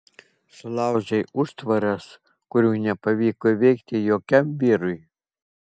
sulaužei užtvaras kurių nepavyko įveikti jokiam vyrui